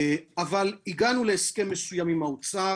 אבל הגענו להסכם מסוים עם האוצר,